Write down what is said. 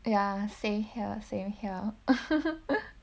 ya same here same here